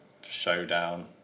showdown